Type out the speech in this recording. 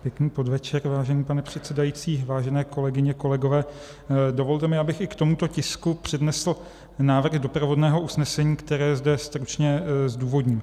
Pěkný podvečer, vážený pane předsedající, vážené kolegyně, kolegové, dovolte mi, abych i k tomuto tisku přednesl návrh doprovodného usnesení, které zde stručně zdůvodním.